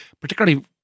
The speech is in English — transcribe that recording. particularly –